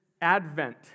advent